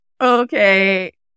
okay